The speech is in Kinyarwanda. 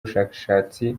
ubushakashatsi